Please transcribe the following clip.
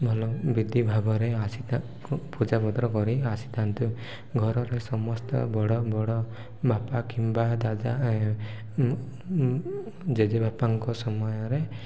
ଭଲ ବିଧି ଭାବରେ ଆସି ତାଙ୍କୁ ପୂଜାପତର କରି ଆସିଥାନ୍ତୁ ଘରରେ ସମସ୍ତେ ବଡ଼ ବଡ଼ ବାପା କିମ୍ବା ଦାଦା ଜେଜେବାପାଙ୍କ ସମୟରେ